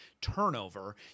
turnover